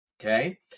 Okay